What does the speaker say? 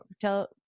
tell